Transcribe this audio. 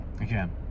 again